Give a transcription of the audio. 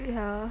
yeah